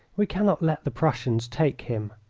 we cannot let the prussians take him.